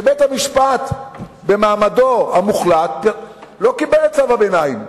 ובית-המשפט במעמדו המוחלט לא קיבל את צו הביניים,